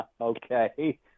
Okay